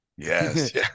yes